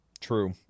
True